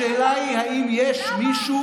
השאלה היא אם יש מישהו,